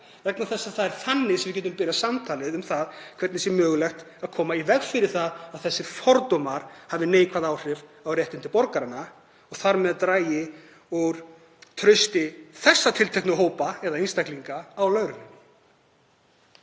vegna þess að það er þannig sem við getum byrjað samtalið um það hvernig sé mögulegt að koma í veg fyrir að þessir fordómar hafi neikvæð áhrif á réttindi borgaranna og dragi þar með úr trausti þessara tilteknu hópa eða einstaklinga á lögreglunni.